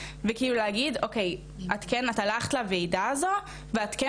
וכאילו להגיד כן את הלכת לוועדה הזו ואת כן